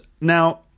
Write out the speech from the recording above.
now